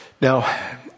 Now